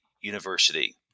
University